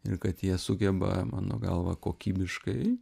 ir kad jie sugeba mano galva kokybiškai